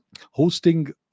hosting